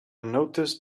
noticed